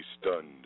stunned